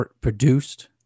produced